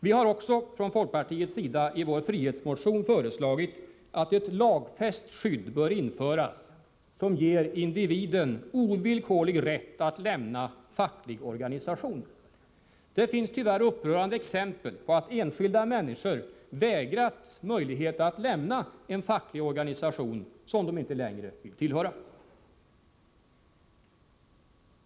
Vi har också från folkpartiets sida i vår frihetsmotion föreslagit att ett lagfäst skydd bör införas som ger individen ovillkorlig rätt att lämna facklig organisation. Det finns tyvärr upprörande exempel på att enskilda människor vägrats möjlighet att lämna en facklig organisation som de inte längre vill tillhöra.